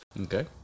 Okay